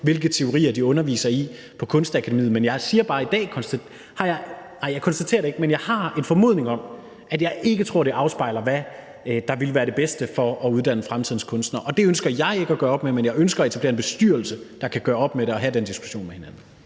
hvilke teorier de underviser i på Kunstakademiet, men jeg har en formodning om, at det ikke afspejler det, der ville være det bedste i forhold til at uddanne fremtidens kunstnere. Det ønsker jeg ikke at gøre op med, men jeg ønsker at etablere en bestyrelse, der kan gøre op med det, og hvor man kan have den diskussion med hinanden.